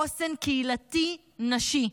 חוסן קהילתי נשי,